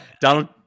Donald